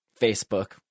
Facebook